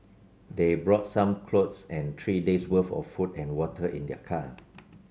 they brought some clothes and three days worth of food and water in their car